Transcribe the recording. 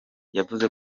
yavuze